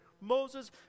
Moses